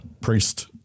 Priest